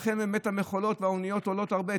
לכן, המכונות והאוניות עולות הרבה.